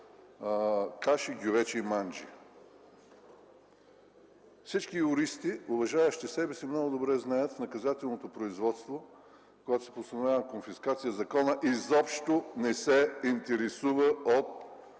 каши, гювечи и манджи. Всички уважаващи себе си юристи много добре знаят наказателното производство. Когато се постановява конфискация, законът изобщо не се интересува от